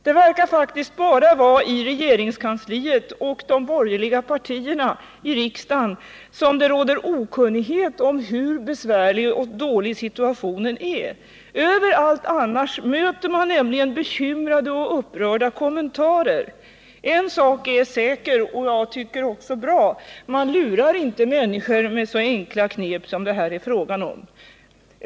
Det verkar faktiskt bara vara i regeringskansliet och inom de borgerliga partierna i riksdagen som det råder okunnighet om hur besvärlig situationen är. Överallt annars möter man nämligen bekymrade och upprörda kommentarer. En sak är säker, och jag tycker också bra: man lurar inte människor med så enkla knep som det här är fråga om.